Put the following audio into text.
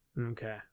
Okay